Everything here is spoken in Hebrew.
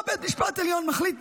מה בית משפט עליון החליט?